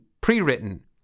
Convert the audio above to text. pre-written